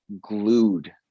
glued